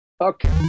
Okay